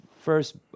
first